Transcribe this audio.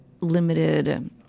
limited